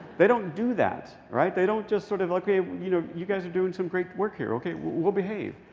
they don't do that, right? they don't just sort of okay, you know, you guys are doing some great work here. okay, we'll behave.